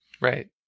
Right